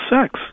sex